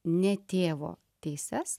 ne tėvo teises